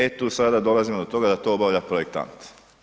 E tu sada dolazimo do toga da to obavlja projektant.